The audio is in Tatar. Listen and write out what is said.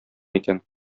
икән